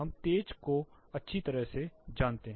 हम तेज को से अच्छी तरह जानते हैं